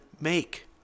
make